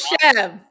chef